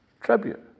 Tribute